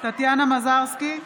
טטיאנה מזרסקי,